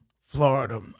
Florida